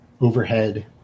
overhead